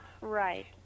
Right